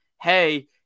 hey